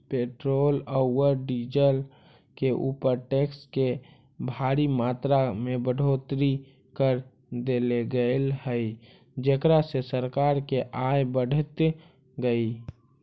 petrol औउर diesel के ऊपर टैक्स के भारी मात्रा में बढ़ोतरी कर देले गेल हई जेकरा से सरकार के आय बढ़ीतऽ हई